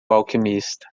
alquimista